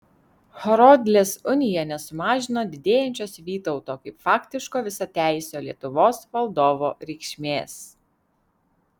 horodlės unija nesumažino didėjančios vytauto kaip faktiško visateisio lietuvos valdovo reikšmės